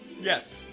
Yes